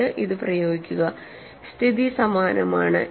എന്നിട്ട് ഇത് പ്രയോഗിക്കുക സ്ഥിതി സമാനമാണ്